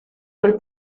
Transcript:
quel